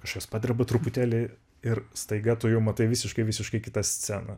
kažkas padirba truputėlį ir staiga tu jau matai visiškai visiškai kitą sceną